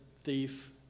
thief